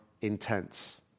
intense